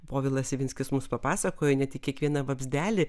povilas ivinskis mums papasakojo net į kiekvieną vabzdelį